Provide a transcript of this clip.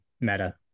meta